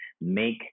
make